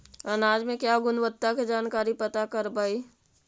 अनाज मे क्या गुणवत्ता के जानकारी पता करबाय?